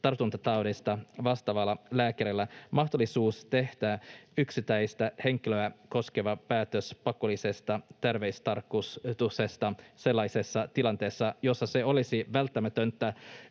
tartuntataudeista vastaavalle lääkärille mahdollisuus tehdä yksittäistä henkilöä koskeva päätös pakollisesta terveystarkastuksesta sellaisessa tilanteessa, jossa se olisi välttämätöntä